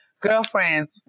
Girlfriends